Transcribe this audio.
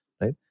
right